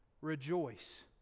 Rejoice